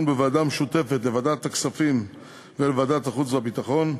בוועדה משותפת לוועדת הכספים ולוועדת החוץ והביטחון.